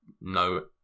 no